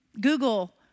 Google